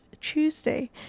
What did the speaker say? Tuesday